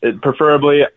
preferably